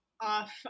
off